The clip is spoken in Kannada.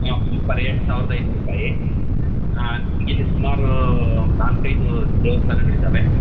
ಹಾಂ ಪರ್ ಹೆಡ್ ಸಾವಿರದ ಐನೂರು ರೂಪಾಯಿ ಹಾಂ ನಿಮಗಿಲ್ಲಿ ಸುಮಾರು ಒಂದು ನಾಲ್ಕೈದು ದೇವಸ್ಥಾನಗಳಿದ್ದಾವೆ